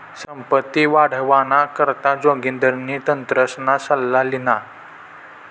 संपत्ती वाढावाना करता जोगिंदरनी तज्ञसना सल्ला ल्हिना